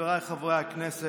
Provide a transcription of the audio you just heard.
תגידו תודה.